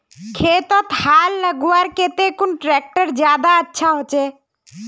खेतोत हाल लगवार केते कुन ट्रैक्टर ज्यादा अच्छा होचए?